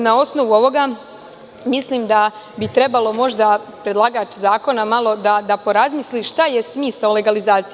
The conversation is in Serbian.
Na osnovu ovoga mislim da bi trebalo možda predlagač zakona malo da razmisli – šta je smisao legalizacije.